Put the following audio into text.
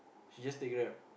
she just take Grab